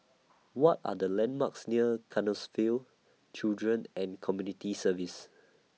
What Are The landmarks near Canossaville Children and Community Services